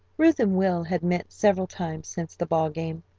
ruth and will had met several times since the ball game,